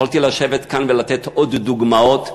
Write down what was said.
יכולתי לשבת כאן ולתת עוד דוגמאות,